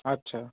আচ্ছা